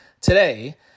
today